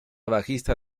bajista